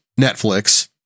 Netflix